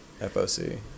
FOC